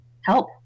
help